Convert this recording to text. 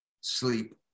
sleep